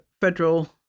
federal